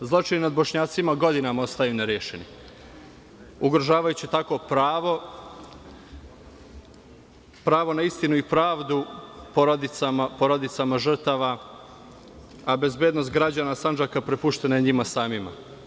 Zločin nad Bošnjacima godinama ostaju nerešeni, ugrožavajući tako pravo na istinu i pravdu porodicama žrtava, a bezbednost građana Sandžaka prepuštena je njima samima.